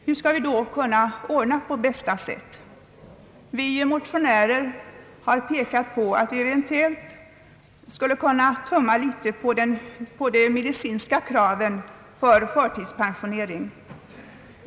Hur skall vi då kunna ordna detta på bästa sätt? Vi motionärer har pekat på att vi eventuellt skulle kunna tumma litet på de medicinska kraven för förtidspensionering.